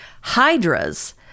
hydras